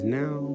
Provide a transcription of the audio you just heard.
now